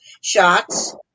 shots